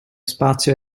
spazio